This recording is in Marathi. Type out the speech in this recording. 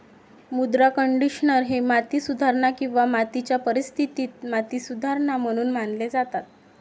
मृदा कंडिशनर हे माती सुधारणा किंवा मातीच्या परिस्थितीत माती सुधारणा म्हणून मानले जातात